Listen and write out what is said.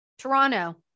toronto